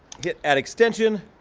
hit add extension.